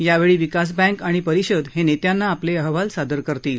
यावेळी विकास बँक आणि परिषद हे नेत्यांना आपले अहवाल सादर करतील